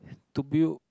to build